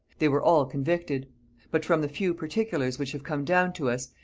they were all convicted but from the few particulars which have come down to us,